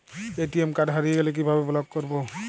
ATM card হারিয়ে গেলে কিভাবে ব্লক করবো?